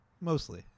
Mostly